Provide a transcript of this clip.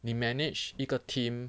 你 manage 一个 team